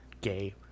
gay